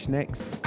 next